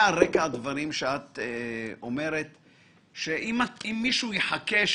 הכשלים שאת מתארת ואנחנו תיארנו גברתי הייתה